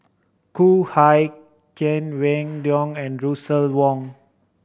Khoo Kay Hian Wang Dayuan and Russel Wong